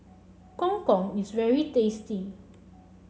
Gong Gong is very tasty